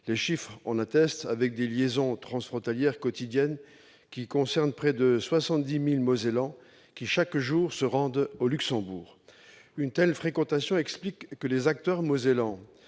Les chiffres en attestent, avec des liaisons transfrontalières quotidiennes concernant près de 70 000 Mosellans qui, chaque jour, se rendent au Luxembourg. Une telle fréquentation explique que les acteurs mosellans-